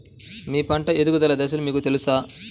మీ పంట ఎదుగుదల దశలు మీకు తెలుసా?